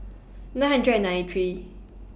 nine hundred and ninety three